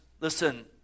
listen